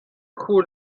کور